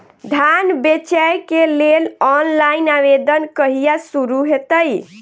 धान बेचै केँ लेल ऑनलाइन आवेदन कहिया शुरू हेतइ?